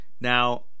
Now